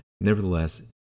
Nevertheless